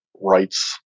rights